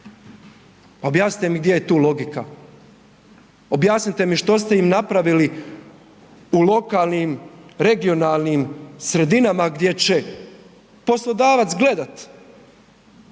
Objasnite mi gdje je tu logika. Objasnite mi što ste im napravili u lokalnim, regionalnim sredinama gdje će poslodavac gledati